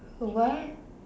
what